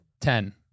Ten